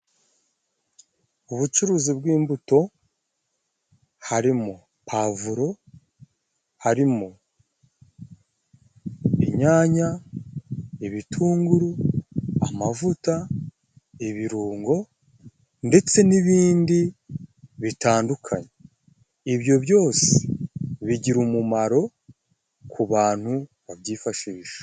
Ubucuruzi bw'imbuto harimo: pavuro, harimo inyanya, ibitunguru ,amavuta, ibirungo ndetse n'ibindi bitandukanye ;ibyo byose bigira umumaro ku bantu babyifashisha.